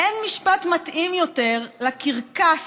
אין משפט מתאים יותר לקרקס